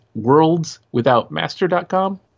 worldswithoutmaster.com